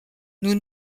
nous